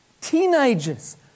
Teenagers